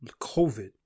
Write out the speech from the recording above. COVID